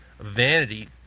vanity